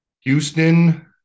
Houston